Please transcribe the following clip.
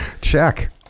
Check